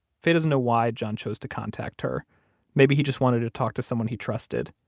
faye doesn't know why john chose to contact her maybe he just wanted to talk to someone he trusted.